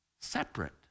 separate